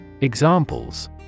Examples